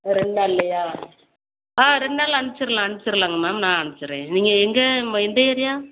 ஒரு ரெண்டு நாள்லையா ஆ ரெண்டு நாளில் அனுச்சிரலாம் அனுச்சிரலாங்க மேம் நான் அனுச்சுடுறேன் நீங்கள் எங்கே எந்த ஏரியா